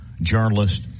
journalist